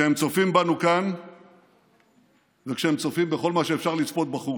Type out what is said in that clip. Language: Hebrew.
כשהם צופים בנו כאן וכשהם צופים בכל מה שאפשר לצפות בחוץ: